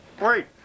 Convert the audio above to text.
Wait